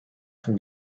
from